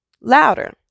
louder